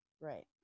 Right